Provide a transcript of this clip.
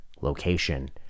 location